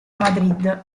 madrid